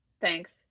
thanks